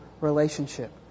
relationship